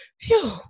Phew